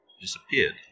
disappeared